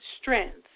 strength